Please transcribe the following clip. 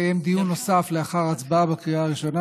שיתקיים דיון נוסף לאחר הצבעה בקריאה הראשונה,